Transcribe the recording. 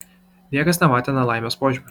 niekas nematė nelaimės požymių